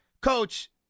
Coach